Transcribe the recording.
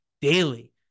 daily